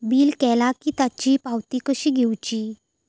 Bill केला की त्याची पावती कशी घेऊची?